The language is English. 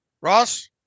ross